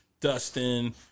Dustin